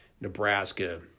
Nebraska